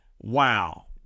Wow